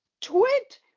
twit